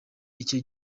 icyo